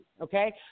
okay